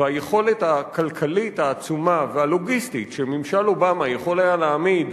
והיכולת הכלכלית העצומה והלוגיסטית שממשל אובמה יכול היה להעמיד